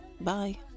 Bye